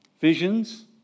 Visions